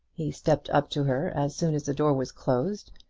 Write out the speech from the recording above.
he stepped up to her as soon as the door was closed,